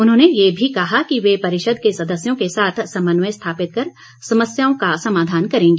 उन्होंने ये भी कहा कि वह परिषद के सदस्यों के साथ समन्वय स्थापित कर समस्याओं का समाधान करेंगी